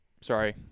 sorry